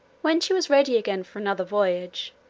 when she was ready again for another voyage,